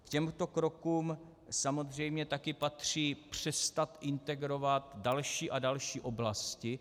K těmto krokům samozřejmě také patří přestat integrovat další a další oblasti.